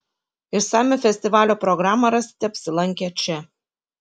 išsamią festivalio programą rasite apsilankę čia